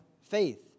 faith